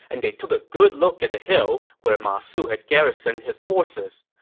and they took a good look at the hill where ma su had garrisoned his forces.